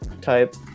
type